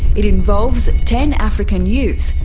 it involves ten african youths,